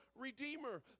Redeemer